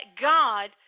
God